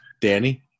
Danny